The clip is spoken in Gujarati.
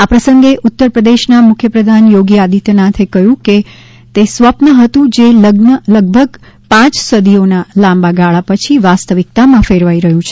આ પ્રસંગે ઉત્તર પ્રદેશના મુખ્ય પ્રધાન યોગી આદિત્યનાથે કહ્યું કે તે સ્વપ્ન હતું જે લગભગ પાંચ સદીઓના લાંબા ગાળા પછી વાસ્તવિકતામાં ફેરવાઈ રહ્યું છે